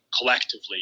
collectively